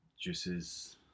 Juices